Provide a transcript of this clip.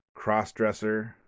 crossdresser